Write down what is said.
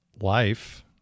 life